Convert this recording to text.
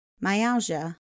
myalgia